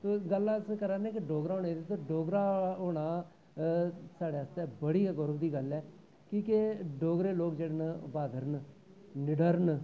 ते गल्ल अस करै नेआं कि डोगरा होने दी ते डोगरा होना साढ़े आस्तै बड़ी गै गौह् दी गल्ल ऐ कि डोगरे लोक जेह्ड़े न ओह् ब्हादर न निडर न